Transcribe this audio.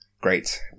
great